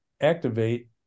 activate